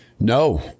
No